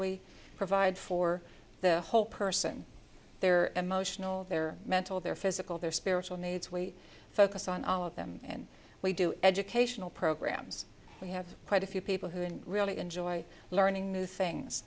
we provide for the whole person their emotional their mental their physical their spiritual needs we focus on all of them and we do educational programs we have quite a few people who really enjoy learning new things